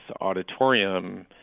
auditorium